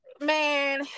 man